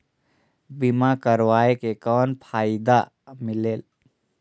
बीमा करवाय के कौन फाइदा मिलेल?